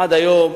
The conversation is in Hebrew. ועד היום,